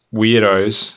Weirdos